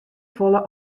folle